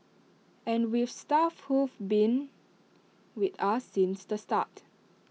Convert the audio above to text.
and we've staff who've been with us since the start